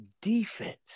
defense